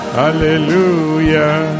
hallelujah